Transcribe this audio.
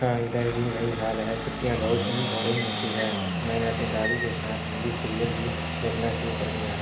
ہاں ادھر بھی وہی حال ہے چھٹیاں بہت بورنگ ہوتی ہیں میں نے اپنی دادی کے ساتھ ہندی سیریل بھی دیکھنا شروع کر دیا ہے